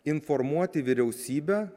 informuoti vyriausybę